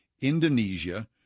Indonesia